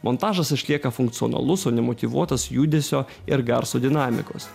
montažas išlieka funkcionalus o ne motyvuotas judesio ir garso dinamikos